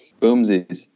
Boomsies